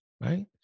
right